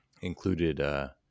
included